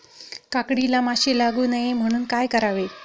काकडीला माशी लागू नये म्हणून काय करावे?